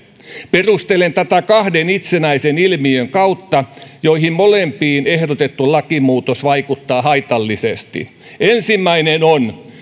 perustelen tätä kahden itsenäisen ilmiön kautta joihin molempiin ehdotettu lakimuutos vaikuttaa haitallisesti ensimmäinen on että